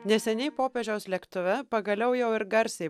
neseniai popiežiaus lėktuve pagaliau jau ir garsiai